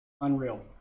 Unreal